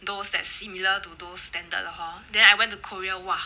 those that similar to those standard 的 hor then I went to korea 哇